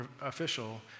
official